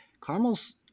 Caramels